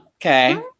okay